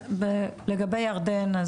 אז לגבי ירדן,